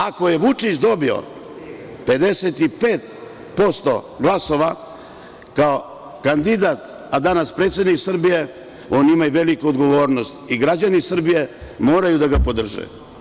Ako je Vučić dobio 55% glasova kao kandidat, a danas predsednik Srbije, on ima i veliku odgovornost i građani Srbije moraju da ga podrže.